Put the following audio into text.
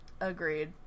Agreed